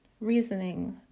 reasoning